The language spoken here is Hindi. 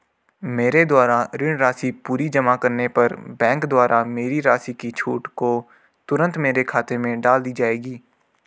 मेरे द्वारा ऋण राशि पूरी जमा करने पर बैंक द्वारा मेरी राशि की छूट को तुरन्त मेरे खाते में डाल दी जायेगी?